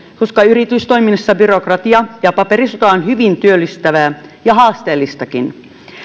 koska yritystoiminnassa byrokratia ja paperisota on hyvin työllistävää ja haasteellistakin